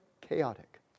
chaotic